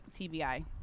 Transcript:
tbi